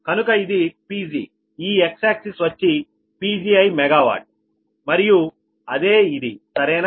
కనుక ఇది Pgఈ x axis వచ్చి PgiMWమరియు అదే ఇది సరేనా